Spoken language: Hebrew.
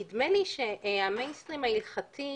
נדמה לי שהמיינסטרים ההלכתי,